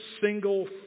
single